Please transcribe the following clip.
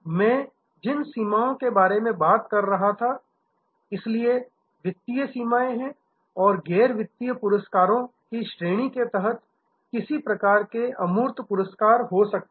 मैं जिन सीमाओं के बारे में बात कर रहा था इसलिए वित्तीय सीमाएं हैं और गैर वित्तीय पुरस्कारों की श्रेणी के तहत किसी प्रकार के अमूर्त पुरस्कार हो सकते हैं